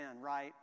right